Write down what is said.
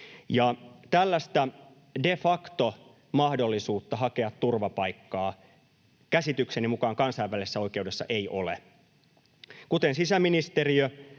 Tällaista de facto ‑mahdollisuutta hakea turvapaikkaa ei käsitykseni mukaan kansainvälisessä oikeudessa ole. Kuten sisäministeriö